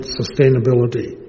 sustainability